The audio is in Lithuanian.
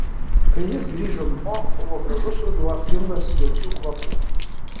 kai jis grįžo namo buvo gražus ruduo pilnas jaukių kvapų